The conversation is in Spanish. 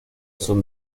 son